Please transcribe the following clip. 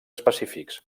específics